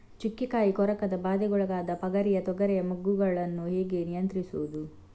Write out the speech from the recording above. ಚುಕ್ಕೆ ಕಾಯಿ ಕೊರಕದ ಬಾಧೆಗೊಳಗಾದ ಪಗರಿಯ ತೊಗರಿಯ ಮೊಗ್ಗುಗಳನ್ನು ಹೇಗೆ ನಿಯಂತ್ರಿಸುವುದು?